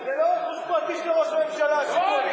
זה לא רכוש פרטי של ראש הממשלה, אני אמרתי,